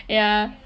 ya